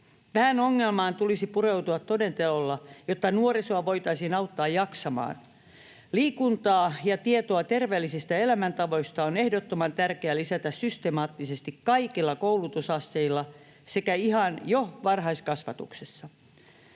Tähän ongelmaan tulisi pureutua toden teolla, jotta nuorisoa voitaisiin auttaa jaksamaan. Liikuntaa ja tietoa terveellisistä elämäntavoista on ehdottoman tärkeää lisätä systemaattisesti kaikilla koulutusasteilla sekä ihan jo varhaiskasvatuksessa.